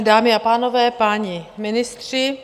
Dámy a pánové, páni ministři.